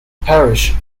parish